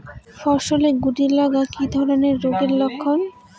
ফসলে শুটি লাগা কি ধরনের রোগের লক্ষণ?